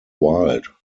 wilde